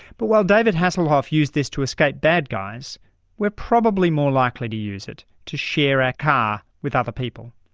but while david hasselhoff used this to escape bad guys we're probably more likely to use it to share our ah car with other people.